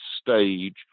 stage